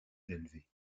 élevé